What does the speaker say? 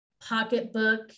pocketbook